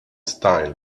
style